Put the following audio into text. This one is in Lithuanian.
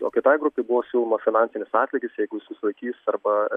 o kitai grupei buvo siūloma finansinis atlygis jeigu susilaikys arba